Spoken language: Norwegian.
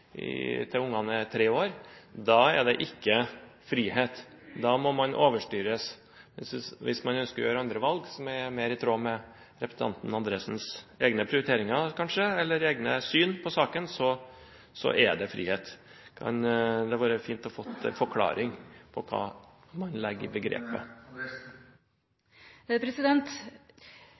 kontantstøtten til ungene er tre år, da er det ikke frihet, da må man overstyres, mens hvis man ønsker å gjøre andre valg, som er mer i tråd med representanten Andresens eget syn på saken, så er det frihet? Det hadde vært fint å få en forklaring på hva man legger i